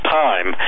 time